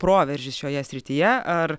proveržis šioje srityje ar